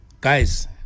guys